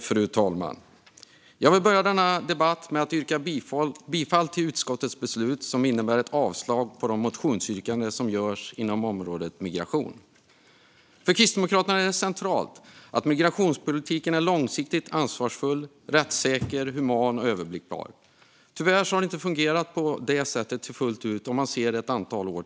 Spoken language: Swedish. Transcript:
Fru talman! Låt mig börja med att yrka bifall till utskottets förslag, vilket innebär avslag på alla motionsyrkanden inom området migration. För Kristdemokraterna är det centralt att migrationspolitiken är långsiktigt ansvarsfull, rättssäker, human och överblickbar. Tyvärr har den inte fungerat så fullt ut sedan ett antal år.